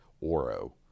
Oro